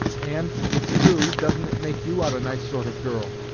and, if it's true, doesn't it make you out a nice sort of girl?